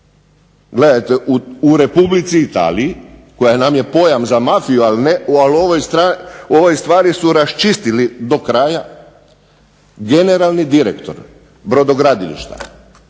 Gledajte u Republici Italiji koja nam je pojam za mafiju, ali u ovoj stvari su raščistili do kraja generalni direktor brodogradilišta